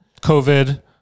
COVID